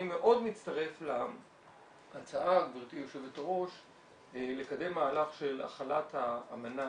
אני מאוד מצטרף להצעה לקדם מהלך של החלת האמנה